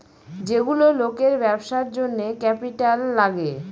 যেগুলো লোকের ব্যবসার জন্য ক্যাপিটাল লাগে